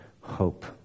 hope